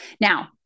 Now